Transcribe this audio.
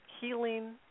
healing